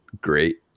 great